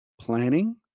planning